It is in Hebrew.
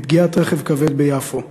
מפגיעת רכב כבד ביפו.